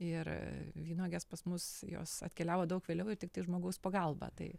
ir vynuogės pas mus jos atkeliavo daug vėliau ir tiktai žmogaus pagalba tai